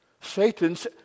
Satan's